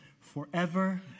forever